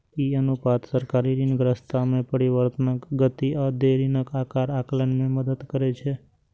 ई अनुपात सरकारी ऋणग्रस्तता मे परिवर्तनक गति आ देय ऋणक आकार आकलन मे मदति करै छै